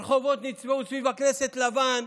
הרחובות נצבעו סביב הכנסת לבן,